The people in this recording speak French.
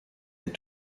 est